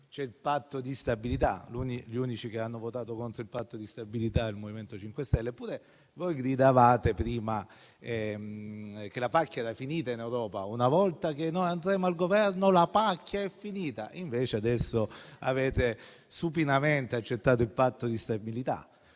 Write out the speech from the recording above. c'è il Patto di stabilità. L'unico Gruppo a votare contro il Patto di stabilità è stato il Movimento 5 Stelle. Eppure voi prima gridavate che la pacchia era finita in Europa: una volta che noi andremo al Governo, la pacchia sarà finita. Invece adesso avete supinamente accettato il Patto di stabilità.